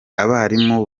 abarimu